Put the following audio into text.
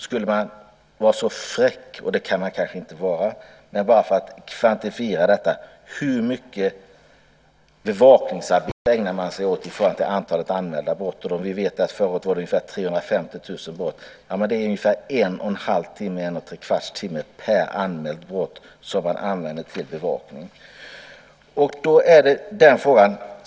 Skulle man kunna vara så fräck, vilket man kanske inte kan vara, bara för att kvantifiera detta och fråga: Hur mycket bevakningsarbete ägnar man sig åt i förhållande till antalet anmälda brott? Vi vet att antalet anmälda brott i Stockholm 2003 var ungefär 350 000. Det innebär att man använder ungefär en och en halv till en och trekvarts timme per anmält brott till bevakning.